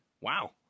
Wow